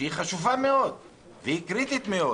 שהיא חשובה מאוד וקריטית מאוד